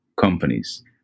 companies